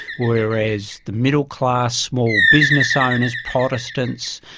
whereas the middle-class, small business owners, protestants,